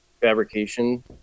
fabrication